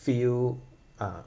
fuel uh